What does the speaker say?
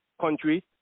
country